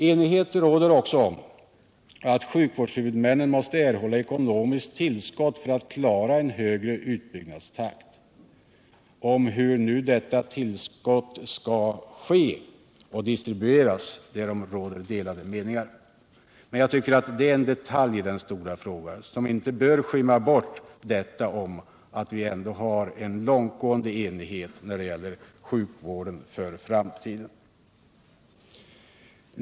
Enighet råder också om att sjukvårdshuvudmännen måste erhålla ekonomiskt tillskott för att klara en högre utbyggnadstakt. Om hur detta skall ske råder delade meningar. Men det är en detalj i den stora frågan, som inte bör få undanskymma det faktum att det råder en långtgående enighet när det gäller sjukvården för framtiden.